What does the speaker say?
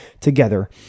together